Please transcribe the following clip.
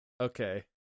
Okay